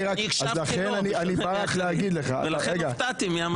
שאני הקשבתי טוב ולכן הופתעתי.